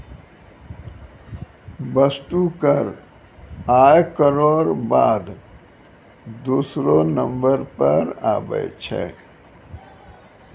वस्तु कर आय करौ र बाद दूसरौ नंबर पर आबै छै